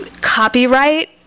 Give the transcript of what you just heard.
copyright